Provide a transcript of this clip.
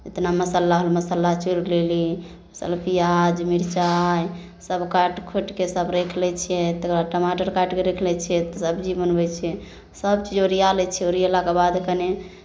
जितना मसाला हइ मसाला चूरि लेली सभ प्याज मिर्चाइ सभ काटि खोटि कऽ सभ राखि लै छियै तकर बाद टमाटर काटि कऽ राखि लै छियै तऽ सब्जी बनबै छियै सभ चीज ओरिया लै छियै ओरियेलाके बाद कनि